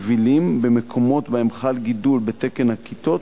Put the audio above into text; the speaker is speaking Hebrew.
יבילים: במקומות שבהם חל גידול בתקן הכיתות